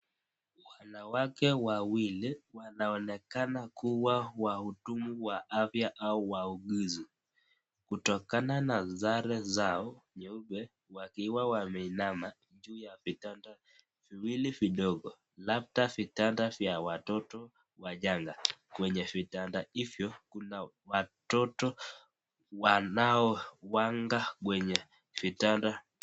Wanawake wawili wanaonekana kuwa wahudumu wa afya au wauuguzi, kutokana na sare zao wakiwa wameinama juu ya vitanda viwili vidogo labda vitanda vya watoto wachanga. Kwenye vitanda hivyo kuna watoto wanaowanga kwenye vitanda.